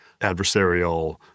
adversarial